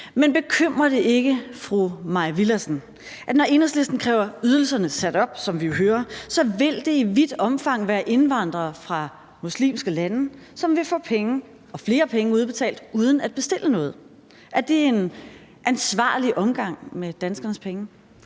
Men bekymrer det ikke fru Mai Villadsen, at det, når Enhedslisten kræver ydelserne sat op, som vi jo hører, så i vidt omfang vil være indvandrere fra muslimske lande, som vil få penge – og flere penge – udbetalt uden at bestille noget? Er det en ansvarlig omgang med danskernes penge?